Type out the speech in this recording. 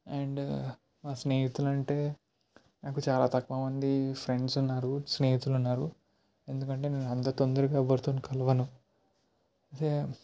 and మా స్నేహితులు అంటే నాకు చాలా తక్కువ మంది ఫ్రెండ్స్ ఉన్నారు స్నేహితులు ఉన్నారు ఎందుకంటే నేను అంత తొందరగా ఎవరితో కలవను అదే